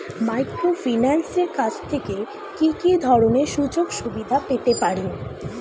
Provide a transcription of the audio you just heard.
মাইক্রোফিন্যান্সের কাছ থেকে কি কি ধরনের সুযোগসুবিধা পেতে পারি?